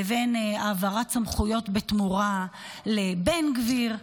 לבין העברת סמכויות בתמורה לבן גביר.